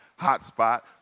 hotspot